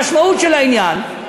המשמעות של העניין,